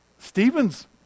Stephen's